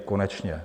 Konečně.